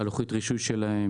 לוחית הרישוי שלהם,